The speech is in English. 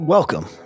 Welcome